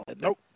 Nope